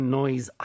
noise